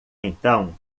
então